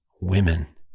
women